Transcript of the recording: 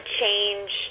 change